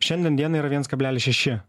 šiandien dienai yra viens kablelis šeši